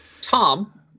Tom